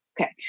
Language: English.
Okay